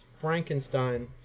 Frankenstein